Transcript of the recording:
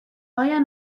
آیا